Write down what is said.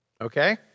Okay